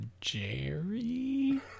jerry